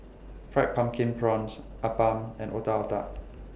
Fried Pumpkin Prawns Appam and Otak Otak